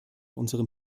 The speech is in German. unserem